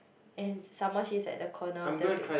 and some more she's at the corner of the beach